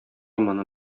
моны